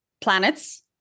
planets